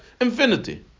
infinity